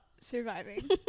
surviving